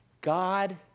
God